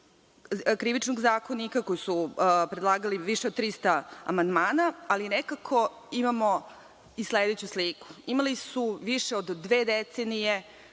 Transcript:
Krivičnog zakonika, koji su predlagali više od 300 amandmana, ali nekako imamo i sledeću sliku. Imali su više od dve decenije